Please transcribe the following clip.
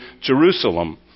Jerusalem